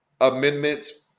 amendments